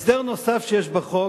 הסדר נוסף שיש בחוק